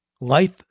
Life